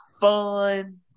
fun